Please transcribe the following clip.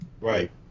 Right